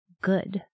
good